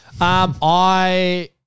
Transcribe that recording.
I-